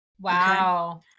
Wow